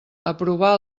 aprovar